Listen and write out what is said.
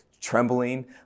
trembling